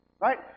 right